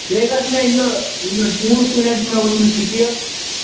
بیٚیہِ گژھِ مےٚ یہِ یِم ژوٗنٛٹھۍ کُلٮ۪ن چھِ مےٚ ووٚتھمٕژ سِکیب